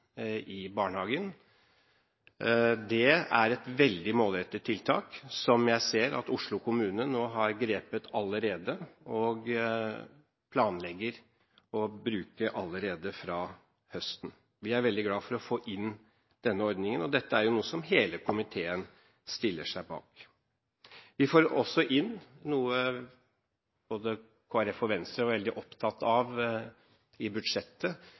i barnehagen. Det er et veldig målrettet tiltak, som jeg ser at Oslo kommune nå har grepet og planlegger å bruke allerede fra høsten. Vi er veldig glade for å få inn denne ordningen, og dette er noe som hele komiteen stiller seg bak. Vi får også inn noe både Kristelig Folkeparti og Venstre var veldig opptatt av i budsjettet,